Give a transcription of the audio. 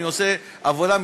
אני עושה עבודה,